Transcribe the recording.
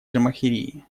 джамахирии